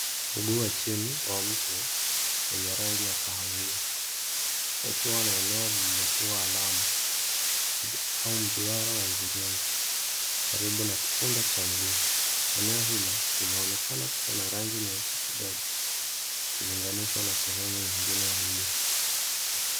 Mguu wa chini wa mtu wenye rangi ya kahawia ukiwa na eneo lililotiwa alama au mduara wa mviringo karibu na kifunda cha mguu. Eneo hilo linaonekana kuwa na rangi nyeusi kidogo ikilinganishwa na sehemu nyingine ya mguu.